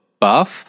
buff